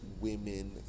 women